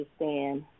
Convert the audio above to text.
understand